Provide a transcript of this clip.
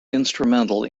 instrumental